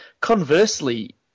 conversely